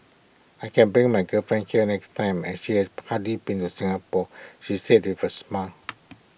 I can bring my girlfriend here next time as she has hardly been A Singapore he says with A smile